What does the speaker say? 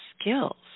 skills